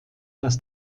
dass